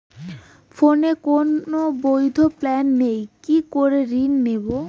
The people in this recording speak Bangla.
ফোনে কোন বৈধ প্ল্যান নেই কি করে ঋণ নেব?